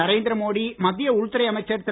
நரேந்திரமோடி மத்திய உள்துறை அமைச்சர் திரு